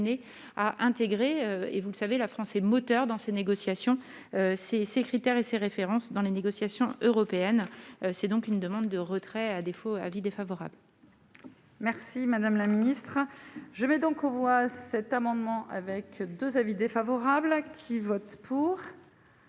à intégrer, et vous le savez, la France est moteur dans ces négociations, ces ces critères et ses références dans les négociations européennes, c'est donc une demande de retrait à défaut : avis défavorable. Merci madame la ministre, je vais donc on voit cet amendement avec 2 avis défavorables à qui vote pour.